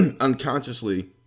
unconsciously